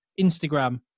Instagram